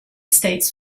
states